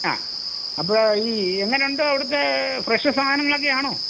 ആ അപ്പോൾ ഈ എങ്ങനെയുണ്ട് അവിടുത്തെ ഫ്രഷ് സാധനങ്ങളൊക്കെയാണോ